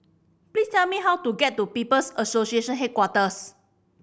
please tell me how to get to People's Association Headquarters